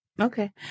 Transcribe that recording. Okay